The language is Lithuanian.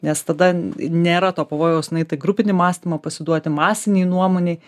nes tada nėra to pavojaus nueit į grupinį mąstymą pasiduoti masinei nuomonei